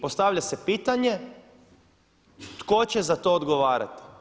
Postavlja se pitanje, tko će za to odgovarati?